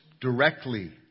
directly